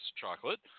chocolate